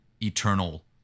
eternal